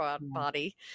body